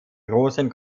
großen